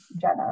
jenna